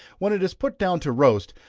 when it is put down to roast,